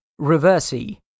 Reversi